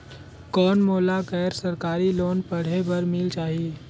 कौन मोला गैर सरकारी लोन पढ़े बर मिल जाहि?